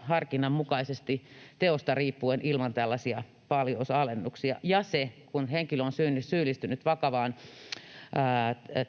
harkinnan mukaisesti teosta riippuen ilman tällaisia paljous-alennuksia ja että kun henkilö on syyllistynyt vakavaan